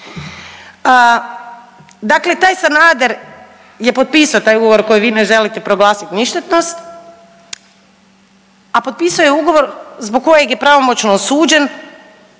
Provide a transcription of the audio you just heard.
Dakle, taj Sanader je potpisao taj ugovor koji vi ne želite proglasiti ništetnost, a potpisao je ugovor zbog je pravomoćno osuđen